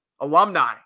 alumni